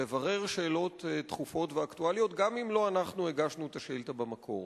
לברר שאלות דחופות ואקטואליות גם אם לא אנחנו הגשנו את השאילתא במקור.